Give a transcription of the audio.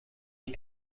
ich